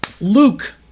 Luke